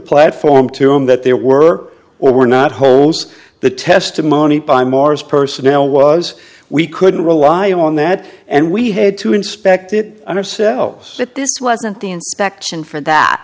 platform to him that there were or were not hosts the testimony by mars personnel was we couldn't rely on that and we had to inspect it undersells that this wasn't the inspection for that